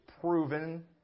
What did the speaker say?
proven